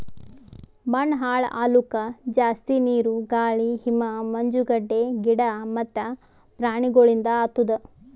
ಮಣ್ಣ ಹಾಳ್ ಆಲುಕ್ ಜಾಸ್ತಿ ನೀರು, ಗಾಳಿ, ಹಿಮ, ಮಂಜುಗಡ್ಡೆ, ಗಿಡ ಮತ್ತ ಪ್ರಾಣಿಗೊಳಿಂದ್ ಆತುದ್